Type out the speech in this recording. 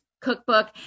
Cookbook